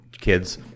kids